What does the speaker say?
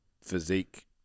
physique